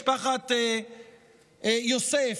משפחת יוסף,